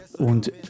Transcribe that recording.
Und